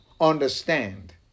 understand